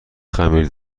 خمیر